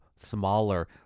smaller